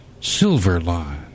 Silverline